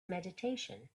meditation